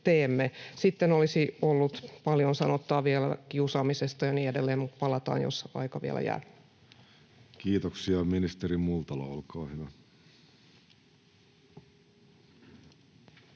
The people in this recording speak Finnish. Sitten olisi ollut paljon sanottavaa vielä kiusaamisesta ja niin edelleen, mutta palataan, jos aikaa vielä jää. Kiitoksia. — Ministeri Multala, olkaa hyvä.